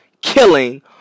killing